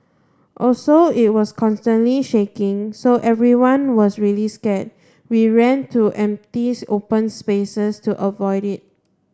also it was constantly shaking so everyone was really scared we ran to empties open spaces to avoid it